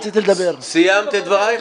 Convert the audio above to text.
סיימת את דברייך?